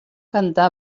cantar